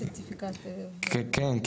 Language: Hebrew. כן,